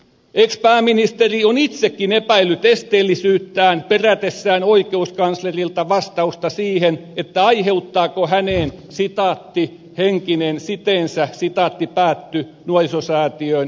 ex pääministeri on itsekin epäillyt esteellisyyttään perätessään oikeuskanslerilta vastausta siihen aiheuttaako hänen henkinen siteensä nuorisosäätiöön esteellisyyden